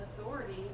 authority